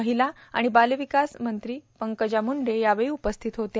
महिला आणि बालविकास मंत्री पंकजा म्ंडे यावेळी उपस्थित होत्या